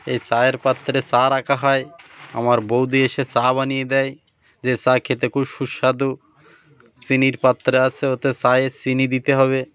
এই চায়ের পাত্রে সা রাখা হয় আমার বৌদি এসে সা বানিয়ে দেয় যে সা খেতে খুব সুস্বাদু চিনির পাত্রে আসে ওতে চায়ে চিনি দিতে হবে